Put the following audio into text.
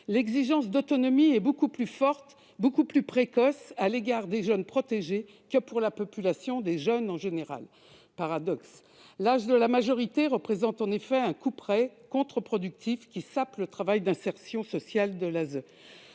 L'exigence d'autonomie est beaucoup plus forte et plus précoce à l'égard des jeunes protégés que pour la population des jeunes en général. » L'âge de la majorité représente en effet un couperet contre-productif qui sape le travail d'insertion sociale de l'ASE.